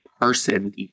person